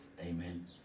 Amen